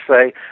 say